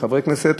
מחברי הכנסת,